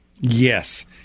Yes